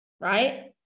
right